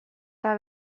eta